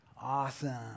Awesome